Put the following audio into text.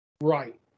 right